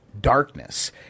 darkness